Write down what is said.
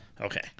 okay